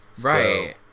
Right